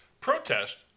Protest